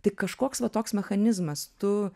tai kažkoks va toks mechanizmas tu